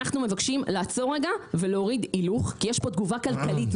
אנחנו מבקשים לעצור רגע ולהוריד הילוך כי יש כאן תגובה כלכלית,